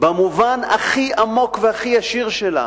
במובן הכי עמוק והכי ישיר שלה.